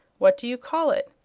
what do you call it?